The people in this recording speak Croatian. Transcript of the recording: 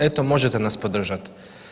Eto možete nas podržati"